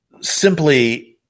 simply